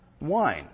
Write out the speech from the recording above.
wine